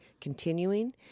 continuing